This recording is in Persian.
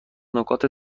نکات